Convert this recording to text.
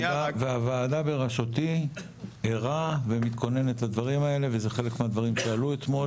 והוועדה בראשותי ערה ומתכוננת לדברים האלה וזה חלק מהדברים שעלו אתמול.